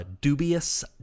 dubious